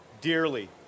dearly